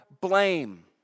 blame